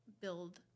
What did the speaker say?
build